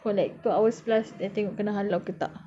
for like two hours plus and tengok kena halau ke tak